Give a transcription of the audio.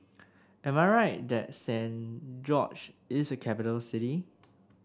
am I right that Saint George is a capital city